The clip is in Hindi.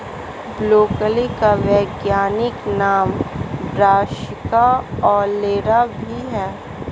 ब्रोकली का वैज्ञानिक नाम ब्रासिका ओलेरा भी है